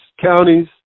counties